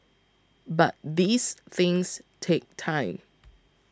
but these things take time